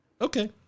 Okay